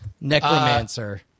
necromancer